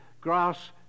grass